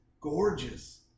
gorgeous